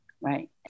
right